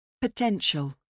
Potential